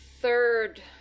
third